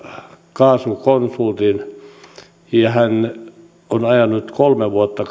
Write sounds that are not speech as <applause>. kaasukonsultin ja hän on ajanut kolme vuotta <unintelligible>